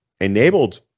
enabled